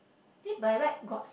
actually by right got